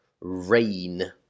Rain